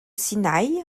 sinaï